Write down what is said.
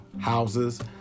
houses